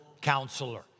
Counselor